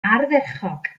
ardderchog